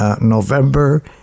November